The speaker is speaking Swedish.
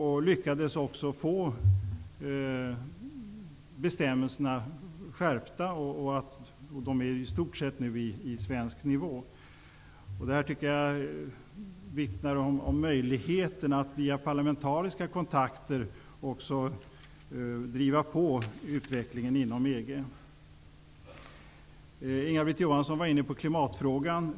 Man lyckades alltså få bestämmelserna skärpta, och de är nu i stort sett i nivå med de svenska. Det tycker jag vittnar om möjligheterna att via parlamentariska kontakter också driva på utvecklingen inom EG. Inga-Britt Johansson var inne på klimatfrågan.